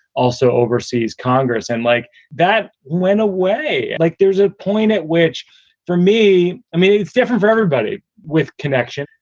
also overseas, congress and like that went away like there's a point at which for me. i mean, it's different for everybody with connection.